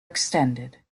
extended